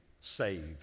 saved